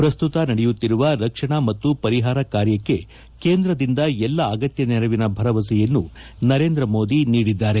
ಪ್ರಸ್ತುತ ನಡೆಯುತ್ತಿರುವ ರಕ್ಷಣಾ ಮತ್ತು ಪರಿಹಾರ ಕಾರ್ಯಕ್ಕೆ ಕೇಂದ್ರದಿಂದ ಎಲ್ಲ ಅಗತ್ಯ ನೆರವಿನ ಭರವಸೆಯನ್ನು ನರೇಂದ್ರ ಮೋದಿ ತಿಳಿಸಿದ್ದಾರೆ